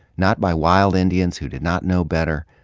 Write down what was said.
not by wild indians who did not know better,